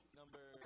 number